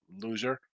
Loser